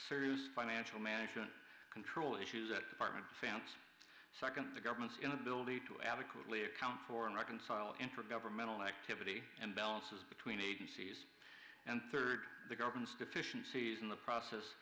serious financial management control issues that department found second the government's inability to adequately account for and reconcile intergovernmental activity and balances between agencies and third the government's deficiencies in the process